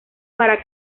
para